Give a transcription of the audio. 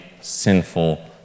sinful